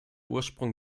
ursprung